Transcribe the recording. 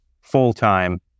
full-time